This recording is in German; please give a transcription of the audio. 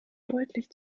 deutlich